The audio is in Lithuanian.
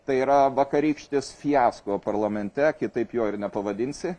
tai yra vakarykštis fiasko parlamente kitaip jo ir nepavadinsi